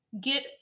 get